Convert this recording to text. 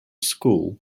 school